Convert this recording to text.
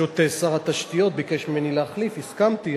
שר התשתיות פשוט ביקש ממני להחליף והסכמתי,